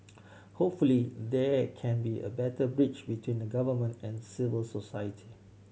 hopefully there can be a better bridge between the Government and civil society